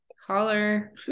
Holler